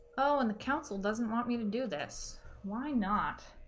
oh and the council doesn't want me to do this why not